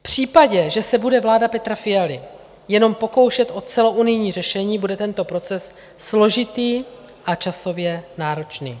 V případě, že se bude vláda Petra Fialy jen pokoušet o celounijní řešení, bude tento proces složitý a časově náročný.